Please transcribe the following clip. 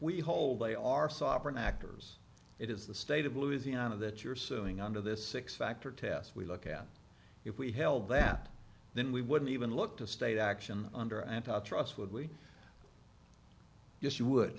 we hold they are sovereign actors it is the state of louisiana that you're suing under this six factor test we look at if we held that then we wouldn't even look to state action under antitrust would we yes you would